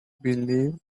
believe